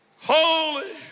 holy